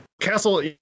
castle